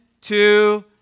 two